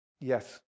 Yes